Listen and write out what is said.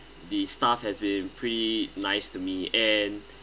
the staff has been pretty nice to me and